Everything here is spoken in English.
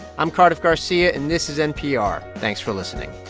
i'm cardiff garcia, and this is npr. thanks for listening